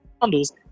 bundles